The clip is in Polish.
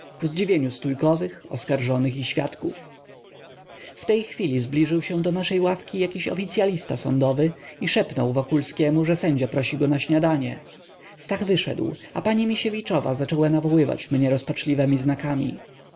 zdziwieniu stójkowych oskarżonych i świadków w tej chwili zbliżył się do naszej ławki jakiś oficyalista sądowy i szepnął wokulskiemu że sędzia prosi go na śniadanie stach wyszedł a pani misiewiczowa zaczęła nawoływać mnie rozpaczliwemi znakami